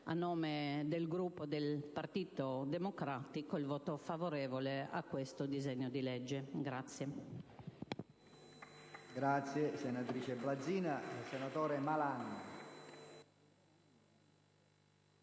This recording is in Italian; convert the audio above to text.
a nome del Gruppo del Partito Democratico, il voto favorevole sul disegno di legge.